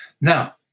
Now